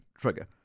trigger